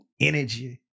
energy